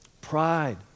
Pride